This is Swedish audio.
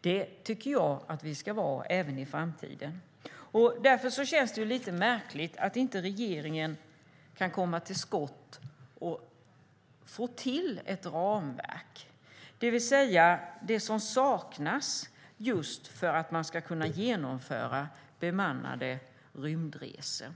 Det tycker jag att vi ska vara även i framtiden. Därför känns det lite märkligt att regeringen inte kan komma till skott och få till ett ramverk, det vill säga det som saknas för att man ska kunna genomföra bemannade rymdresor.